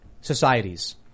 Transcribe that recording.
societies